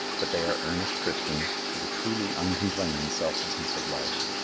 but they are earnest christians, with a truly uncomplaining selflessness of life.